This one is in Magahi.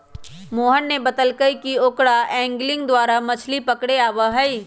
मोहन ने बतल कई कि ओकरा एंगलिंग द्वारा मछ्ली पकड़े आवा हई